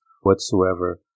whatsoever